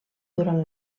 durant